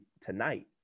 tonight